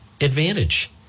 advantage